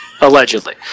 Allegedly